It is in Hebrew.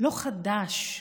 לא חדש,